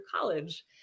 college